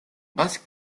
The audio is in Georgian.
მას